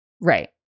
Right